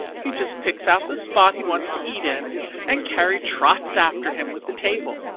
he just picks out the spot he wants to eat in and carrie trots after him with the table.